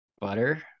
butter